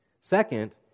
Second